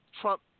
Trump